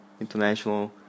International